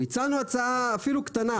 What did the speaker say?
הצענו הצעה אפילו קטנה.